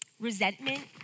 Resentment